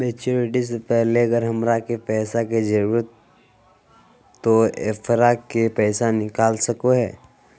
Maturity से पहले अगर हमरा पैसा के जरूरत है तो एफडी के पैसा निकल सको है?